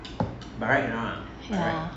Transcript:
yeah